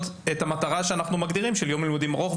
אין מעבר ואין כניסה של מורים אחרים,